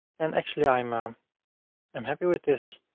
and actually i'm um um happy with this.